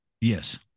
Yes